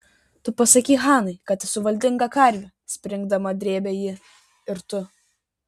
tu pasakei hanai kad esu valdinga karvė springdama drėbė ji ir tu